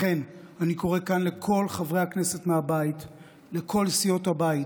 לכן אני קורא כאן לכל חברי הכנסת מכל סיעות הבית: